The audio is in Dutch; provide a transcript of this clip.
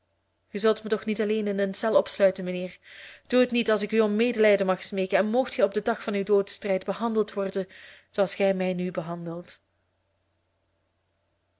ge zult me toch niet alleen in een cel opsluiten mijnheer doe het niet als ik u om medelijden mag smeeken en moogt gij op den dag van uw doodsstrijd behandeld worden zooals gij mij nu behandelt